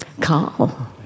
call